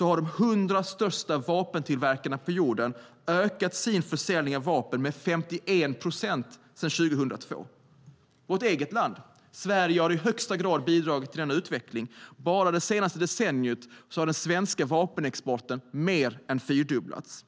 har de hundra största vapentillverkarna på jorden ökat sin försäljning av vapen med 51 procent sedan 2002. Sverige har i högsta grad bidragit till denna utveckling. Bara det senaste decenniet har den svenska vapenexporten mer än fyrdubblats.